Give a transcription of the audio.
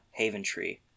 Haventree